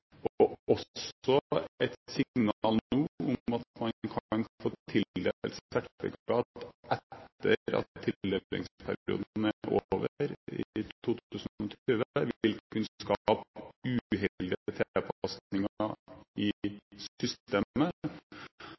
Og et signal nå om at man kan få tildelt sertifikat etter at tildelingsperioden er over i 2020, vil også kunne skape uheldige tilpasninger i